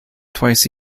twice